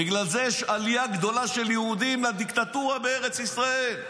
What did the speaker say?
בגלל זה יש עלייה גדולה של יהודים לדיקטטורה בארץ ישראל.